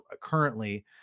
currently